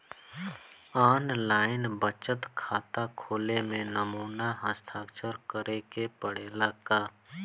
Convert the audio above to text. आन line बचत खाता खोले में नमूना हस्ताक्षर करेके पड़ेला का?